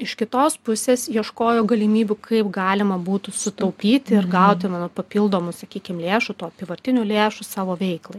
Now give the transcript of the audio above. iš kitos pusės ieškojo galimybių kaip galima būtų sutaupyti ir gauti papildomų sakykim lėšų tų apyvartinių lėšų savo veiklai